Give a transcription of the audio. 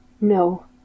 No